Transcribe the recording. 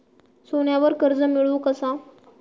सोन्यावर कर्ज मिळवू कसा?